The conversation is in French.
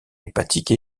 hépatique